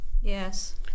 yes